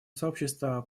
сообщество